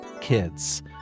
kids